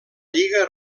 lliga